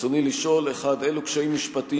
רצוני לשאול: 1. אילו קשיים משפטיים